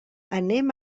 anem